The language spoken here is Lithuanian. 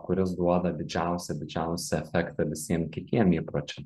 kuris duoda didžiausią didžiausią efektą visiem kitiem įpročiam